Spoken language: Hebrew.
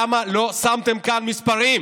למה לא שמתם כאן מספרים?